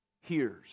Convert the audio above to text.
hears